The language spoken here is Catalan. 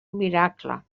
miracle